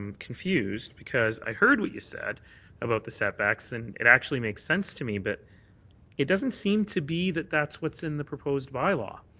confused because i heard what you said about the setbacks and it makes sense to me but it doesn't seem to be that that's what's in the proposed bylaw.